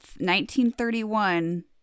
1931